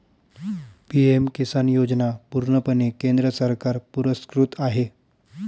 PM किसान योजना पूर्णपणे केंद्र सरकार पुरस्कृत आहे